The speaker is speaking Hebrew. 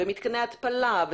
מתקני התפלה,